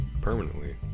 Permanently